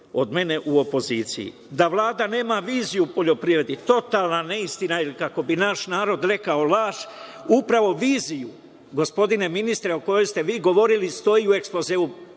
od mene u opoziciji. Da Vlada nema viziju u poljoprivredi, totalna neistina ili, kako bi naš narod rekao laž. Upravo viziju gospodine ministre, u kojoj ste vi govorili, stoji u ekspozeu